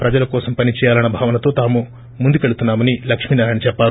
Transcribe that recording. ప్రజల కోసం పనిచేయాలన్న భావనతో తాము ముందుకెళ్తున్నామని లక్ష్మీ నారాయణ చెప్పారు